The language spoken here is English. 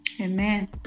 amen